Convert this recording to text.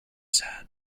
sad